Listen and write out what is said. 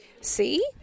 See